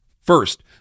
first